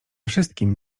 wszystkim